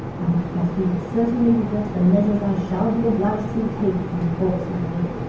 and that he will certainly regret the measures i shall be obliged to take to enforce my will.